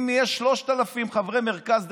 אם יש 3,000 חברי מרכז,